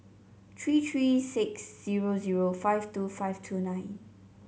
three three six zero zero five two five two nine